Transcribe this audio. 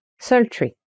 sultry